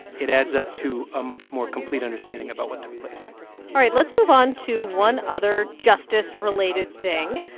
it adds up to a much more complete understanding about what took place all right. let's move on to one other justice-related thing,